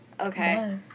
Okay